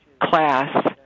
class